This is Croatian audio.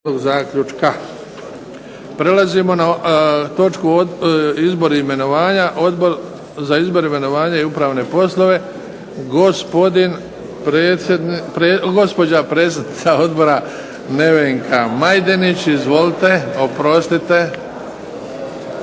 (HDZ)** Prelazimo na točku izbor i imenovanja. Odbor za izbor, imenovanja i upravne poslove, gospođa predsjednica odbora Nevenka Majdenić. Izvolite. Oprostite.